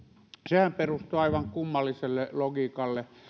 sehän perustuu aivan kummalliselle logiikalle